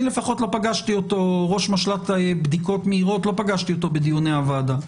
אני לפחות לא פגשתי אותו בדיוני הוועדה.